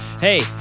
Hey